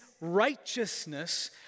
righteousness